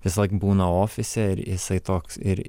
visąlaik būna ofise ir jisai toks ir